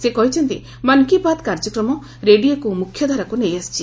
ସେ କହିଛନ୍ତି 'ମନ୍ କି ବାତ୍ କାର୍ଯ୍ୟକ୍ରମ ରେଡିଓକୁ ମୁଖ୍ୟଧାରାକୁ ନେଇ ଆସିଛି